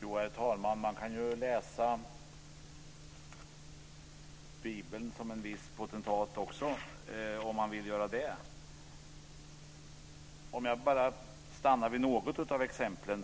Herr talman! Man kan läsa Bibeln som en viss potentat också om man vill göra det. Jag ska stanna vid något av exemplen.